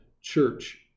Church